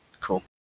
Cool